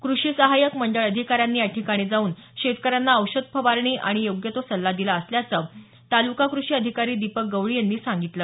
कृषी सहाय्यक मंडळ अधिकाऱ्यांनी याठिकाणी जाऊन शेतकऱ्यांना औषध फवारणी आणि योग्य तो सल्ला दिला असल्याचं तालुका कृषी अधिकारी दीपक गवळी यांनी सांगितलं